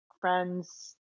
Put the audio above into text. friends